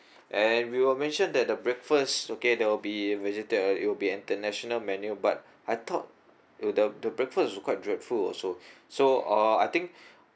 and we were mentioned that the breakfast okay that will be visitor you will be international menu but I thought uh the the breakfast quite dreadful also so uh I think